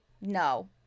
No